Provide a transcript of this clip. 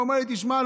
ואומר לי: תשמע,